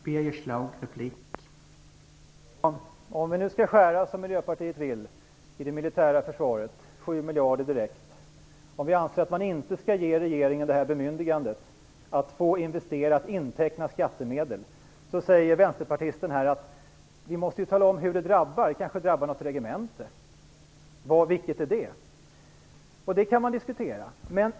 Herr talman! Om vi nu som Miljöpartiet vill skall skära 7 miljarder direkt i det militära försvaret, och vi anser att riksdagen inte skall ge regeringen bemyndigandet att få inteckna skattemedel, säger vänsterpartisten här att vi måste tala om hur det drabbar. Det kanske drabbar något regemente. Hur viktigt är det? Det kan man diskutera.